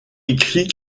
écrit